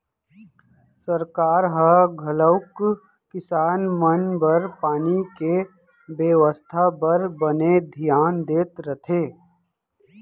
सरकार ह घलौक किसान मन बर पानी के बेवस्था बर बने धियान देत रथे